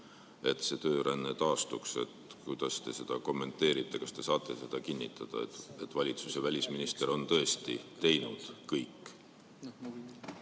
et see tööränne taastuks. Kuidas te seda kommenteerite? Kas te saate kinnitada, et valitsus ja välisminister on tõesti teinud kõik?